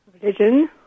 Religion